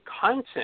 content